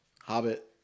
hobbit